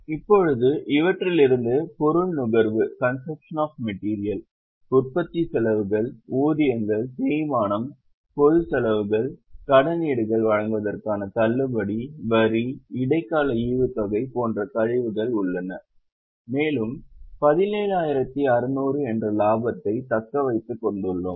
இப்போது இவற்றிலிருந்து பொருள் நுகர்வு உற்பத்திச் செலவுகள் ஊதியங்கள் தேய்மானம் பொதுச் செலவுகள் கடனீடுகள் வழங்குவதற்கான தள்ளுபடி வரி இடைக்கால ஈவுத்தொகை போன்ற கழிவுகள் உள்ளன மேலும் 17600 என்ற லாபத்தைத் தக்க வைத்துக் கொண்டுள்ளோம்